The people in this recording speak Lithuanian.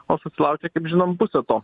o sulaukę kaip žinome pusę to